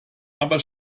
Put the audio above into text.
aber